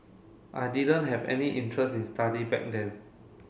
I didn't have any interest in study back then